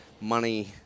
money